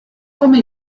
come